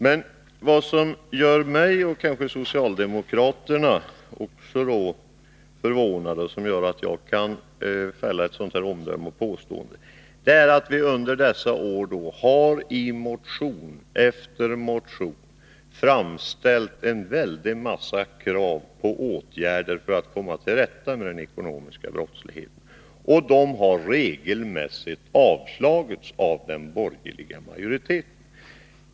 Men vad som gör mig, och kanske varje socialdemokrat, förvånad och gör att jag kan fälla ett sådant omdöme och påstående är att vi under dessa år i motion efter motion har framställt en stor mängd krav på åtgärder för att komma till rätta med den ekonomiska brottsligheten, men de har regelmässigt avslagits av den borgerliga majoriteten.